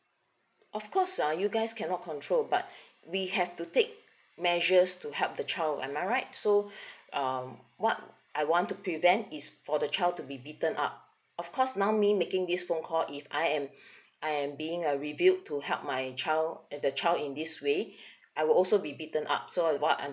of course uh you guys cannot control but we have to take measures to help the child am I right so um what I want to prevent is for the child to be beaten up of course now me making this phone call if I am I'm being uh revealed to help my child uh the child in this way I will also be beaten up so what I'm